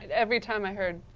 and every time i heard,